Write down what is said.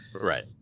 Right